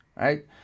right